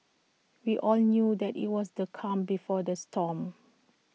we all knew that IT was the calm before the storm